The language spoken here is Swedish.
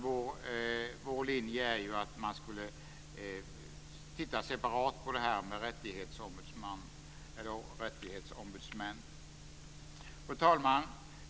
Vår linje är att man ska titta separat på det här med rättighetsombudsmän. Fru talman!